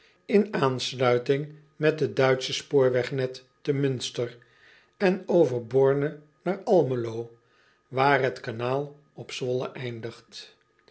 in aansluiting met het uitsche spoorwegnet te unster en over orne naar lmelo waar het kanaal op wolle eindigt